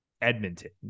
Edmonton